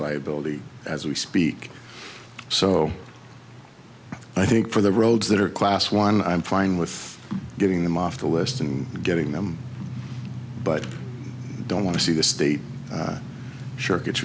liability as we speak so i think for the roads that are class one i'm fine with getting them off the list and getting them but i don't want to see the state